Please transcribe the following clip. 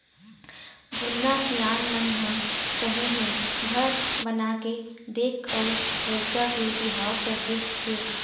जुन्ना सियान मन ह कहे हे घर बनाके देख अउ लइका के बिहाव करके देख